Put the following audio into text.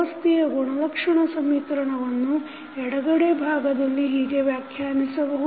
ವ್ಯವಸ್ಥೆಯ ಗುಣಲಕ್ಷಣ ಸಮೀಕರಣವನ್ನು ಎಡಗಡೆ ಭಾಗದಲ್ಲಿ ಹೀಗೆ ವ್ಯಾಖ್ಯಾನಿಸಬಹುದು